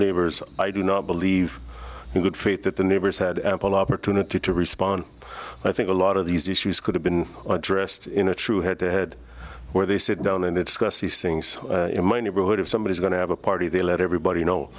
neighbors i do not believe in good faith that the neighbors had ample opportunity to respond i think a lot of these issues could have been addressed in a true head to head where they sit down and it's gussie's things in my neighborhood of somebody's going to have a party they let everybody know